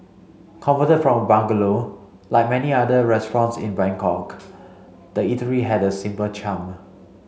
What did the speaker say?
convert from bungalow like many other restaurants in Bangkok the eatery had a simple charm